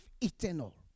eternal